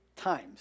times